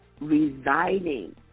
residing